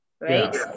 right